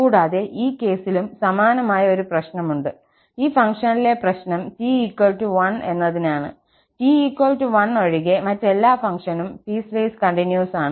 കൂടാതെ ഈ കേസിലും സമാനമായ ഒരു പ്രശ്നമുണ്ട് ഈ ഫംഗ്ഷനിലെ പ്രശ്നം t 1 എന്നതിനാണ് t 1ഒഴികെ മറ്റെല്ലാ ഫംഗ്ഷനും പീസ്വേസ് കണ്ടിന്യൂസ് ആണ്